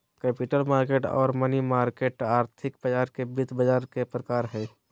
capital market आर money market आर्थिक बाजार या वित्त बाजार के प्रकार हय